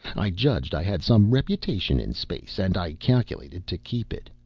i judged i had some reputation in space, and i calculated to keep it.